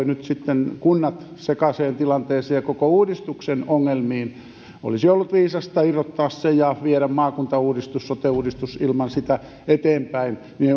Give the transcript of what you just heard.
nyt sitten kunnat sekaiseen tilanteeseen ja koko uudistuksen ongelmiin olisi ollut viisasta irrottaa se ja viedä maakuntauudistus sote uudistus ilman sitä eteenpäin niin